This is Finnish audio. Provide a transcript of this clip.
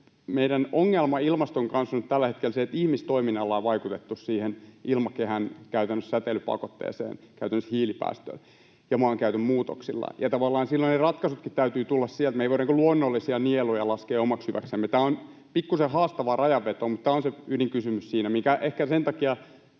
meidän ongelmamme ilmaston kanssa on nyt tällä hetkellä se, että ihmistoiminnalla ja maankäytön muutoksilla on vaikutettu käytännössä ilmakehän säteilypakotteeseen, käytännössä hiilipäästöön, ja tavallaan silloin ne ratkaisutkin täytyvät tulla sieltä. Me emme voi luonnollisia nieluja laskea omaksi hyväksemme. Tämä on pikkuisen haastava rajanveto, mutta tämä on se ydinkysymys siinä — mikä ehkä sen takia